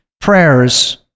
prayers